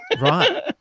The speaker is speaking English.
Right